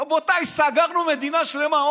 רבותיי, סגרנו מדינה שלמה.